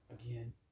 again